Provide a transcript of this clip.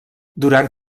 durant